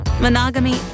monogamy